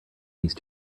these